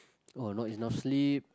or not enough sleep